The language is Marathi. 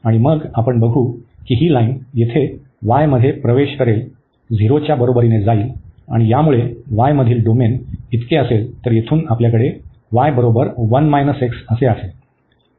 आणि मग आपण बघू की ही लाईन येथे y मधे प्रवेश करेल 0 च्या बरोबरीने जाईल आणि यामुळे y मधील डोमेन इतके असेल तर येथून आपल्याकडे y बरोबर 1 x असेल